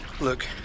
Look